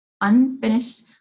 Unfinished